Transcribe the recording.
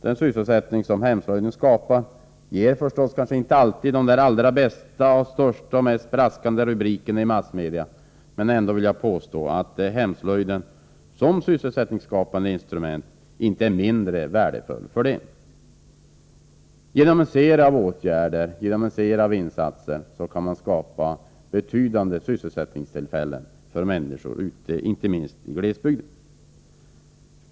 Den sysselsättning som hemslöjden skapar ger kanske inte alltid de största och mest braskande rubrikerna i massmedia, men jag vill påstå att hemslöjden som sysselsättningsskapande instrument inte är mindre värdefull för det. Genom en serie av insatser kan ett betydande antal sysselsättningstillfällen skapas inte minst i glesbygden.